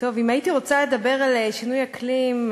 אם הייתי רוצה לדבר על שינוי אקלים,